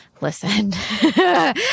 Listen